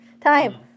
Time